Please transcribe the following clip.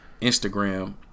Instagram